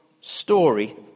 story